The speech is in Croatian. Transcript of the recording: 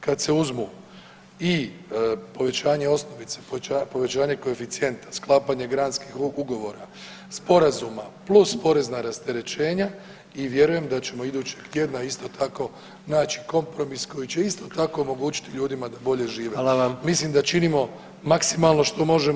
Kad se uzmu i povećanje osnovice, povećanje koeficijenta, sklapanje granskih ugovora, sporazuma, plus porezna rasterećenja i vjerujem da ćemo idućeg tjedna isto tako naći kompromis koji će isto tako omogućiti ljudima da bolje žive [[Upadica predsjednik: Hvala vam.]] Mislim da činimo maksimalno što možemo.